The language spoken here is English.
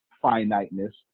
finiteness